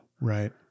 Right